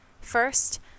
First